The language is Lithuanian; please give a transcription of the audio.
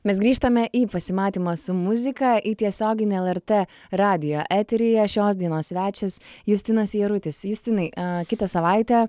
mes grįžtame į pasimatymą su muzika į tiesioginį lrt radijo eteryje šios dienos svečias justinas jarutis justinai kitą savaitę